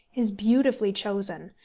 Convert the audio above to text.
is beautifully chosen,